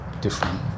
different